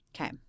Okay